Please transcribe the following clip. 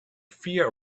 fear